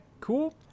Cool